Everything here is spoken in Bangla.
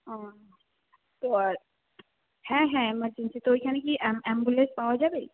ও তো আর হ্যাঁ হ্যাঁ এমার্জেন্সি তো ওইখানে কি অ্যাম্বুলেন্স পাওয়া যাবে